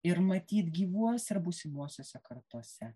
ir matyt gyvuos ir būsimosiose kartose